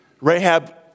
Rahab